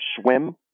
swim